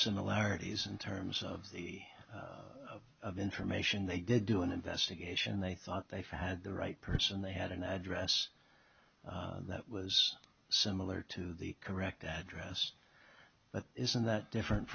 similarities in terms of the of information they did do an investigation they thought they had the right person they had an address that was similar to the correct address but isn't that different